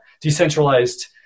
decentralized